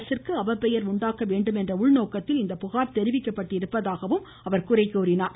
அரசிற்கு அவப்பெயர் உண்டாக்க வேண்டும் என்ற உள்நோக்கத்தில் இப்புகார் தெரிவிக்கப் பட்டிருப்பதாகவும் அவர் குறை கூறினார்